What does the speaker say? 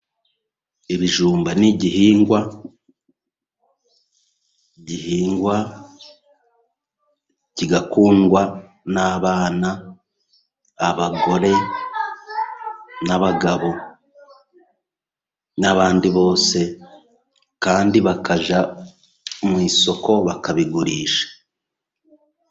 Ibijumba ni igihingwa gihingwa kigakundwa n'abana, abagore, n'abagabo, n'abandi bose, kandi bakajya mu isoko bakabigurisha.